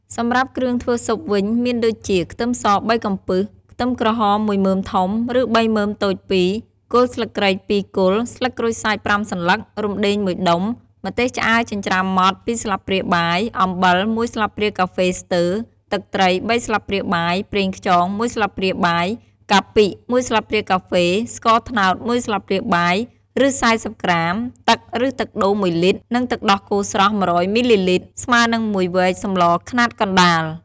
សម្រាប់គ្រឿងធ្វើស៊ុបវិញ មានដូចជា ខ្ទឹមស ៣ កំពឹស ខ្ទឹមក្រហម១មើមធំ ឬ ៣មើមតូច២ គល់ស្លឹកគ្រៃ ២ គល់ ស្លឹកក្រូចសើច ៥សន្លឹក រំដឹង ១ដុំ ម្ទេសឆ្អើរចិញ្ច្រាំម៉ដ្ឋ ២ស្លាបព្រាបាយ អំបិល ១ស្លាបព្រាកាហ្វេស្ទើរ ទឹកត្រី ៣ស្លាបព្រាបាយ ប្រេងខ្យង ១ស្លាបព្រាបាយ កាពិ ១ស្លាបព្រាកាហ្វេ ស្ករត្នោត ១ស្លាបព្រាបាយ ឬ ៤០ក្រាម ទឹក ឬ ទឹកដូង ១លីត្រ និង ទឹកដោះគោស្រស់ ១០០ មីលីលីត្រ ស្មើនឹង ១វែកសម្លខ្នាតកណ្ដាល។